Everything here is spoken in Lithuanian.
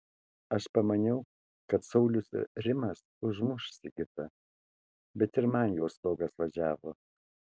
aš pamaniau kad saulius ir rimas užmuš sigitą bet ir man jau stogas važiavo